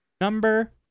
Number